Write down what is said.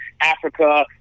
Africa